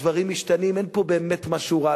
הדברים משתנים, אין פה באמת משהו רע.